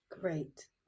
Great